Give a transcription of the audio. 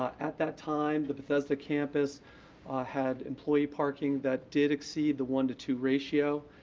um at that time, the bethesda campus had employee parking that did exceed the one to two ratio.